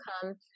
come